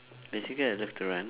basically I love to run